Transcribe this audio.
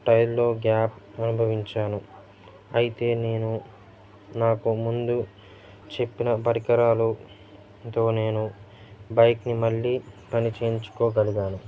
టైర్లో gap అనుభవించాను అయితే నేను నాకు ముందు చెప్పిన పరికరాలతో నేను బైక్ని మళ్ళీ పని చెయ్యించుకోగలిగాను